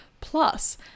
plus